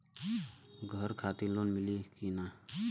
घर खातिर लोन मिली कि ना?